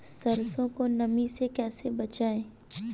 सरसो को नमी से कैसे बचाएं?